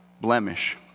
blemish